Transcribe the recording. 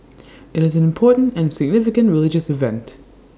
IT is an important and significant religious event